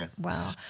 Wow